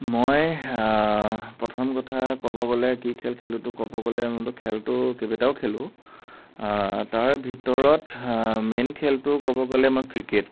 মই প্ৰথম কথা ক'ব গ'লে কি খেল খেলোতো ক'ব গলে মইতো খেলতো কেইবাটাও খেলো তাৰ ভিতৰত মেইন খেলতো ক'ব গ'লে মই ক্ৰিকেট